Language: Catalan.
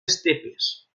estepes